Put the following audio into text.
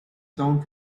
sound